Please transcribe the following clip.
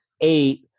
eight